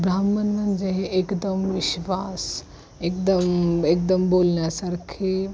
ब्राह्मण म्हणजे हे एकदम विश्वास एकदम एकदम बोलण्यासारखे